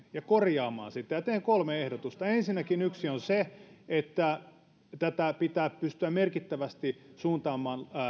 ja korjaamaan sitä teen kolme ehdotusta ensinnäkin yksi on se että tätä pitää pystyä merkittävästi suuntaamaan